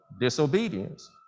disobedience